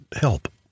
help